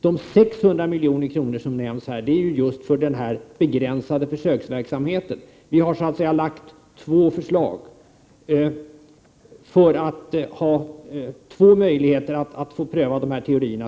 De 600 milj.kr. som nämns här är för den begränsade försöksverksamheten. Vi har så att säga framlagt två förslag för att ha två möjligheter att pröva dessa teorier.